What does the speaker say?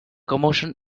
commotion